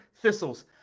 thistles